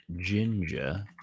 ginger